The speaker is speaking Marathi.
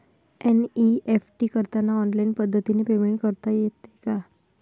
एन.ई.एफ.टी करताना ऑनलाईन पद्धतीने पेमेंट करता येते का?